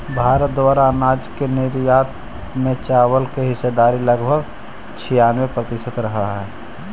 भारत द्वारा अनाज के निर्यात में चावल की हिस्सेदारी लगभग छियानवे प्रतिसत रहलइ हल